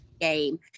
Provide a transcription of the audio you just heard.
game